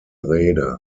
rede